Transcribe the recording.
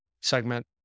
segment